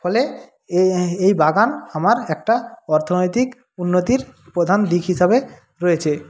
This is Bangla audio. ফলে এই বাগান আমার একটা অর্থনৈতিক উন্নতির প্রধান দিক হিসাবে রয়েছে